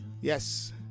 Yes